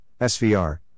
SVR